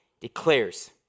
Declares